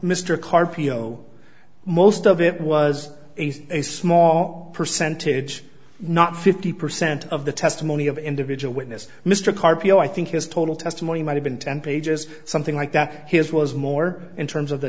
carpio most of it was a small percentage not fifty percent of the testimony of individual witness mr carpio i think his total testimony might have been ten pages something like that his was more in terms of the